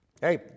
Hey